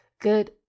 Good